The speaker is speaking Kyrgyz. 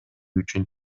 үчүн